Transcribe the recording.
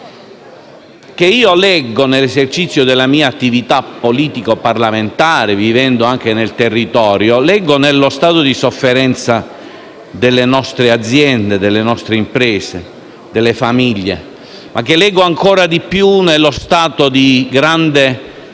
che io leggo, nell'esercizio della mia attività politico-parlamentare, vivendo anche nel territorio, nello stato di sofferenza delle nostre aziende, delle nostre imprese e delle famiglie. Lo leggo ancora di più nello stato di grande